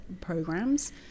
programs